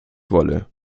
wolle